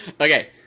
Okay